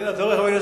אתה רואה,